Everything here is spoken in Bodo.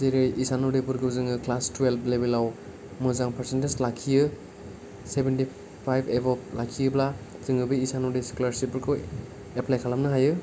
जेरै इसान उदयफोरखौ क्लास टुयेलभ लेबेलाव मोजां पारसेन्टेज लाखियो सेभेनटि फाइब एभब लाखिब्ला जोङो बे इसान उदय स्कलारशिपफोरखौ एप्लाय खालामनो हायो